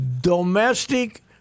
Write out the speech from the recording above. domestic